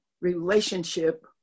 relationship